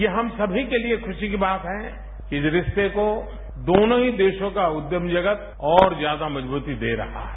यह हम सभी के लिए खुशी की बात है कि इस रिश्ते को दोनों ही देशों का उद्यम जगत और ज्यादा मजब्रती दे रहा है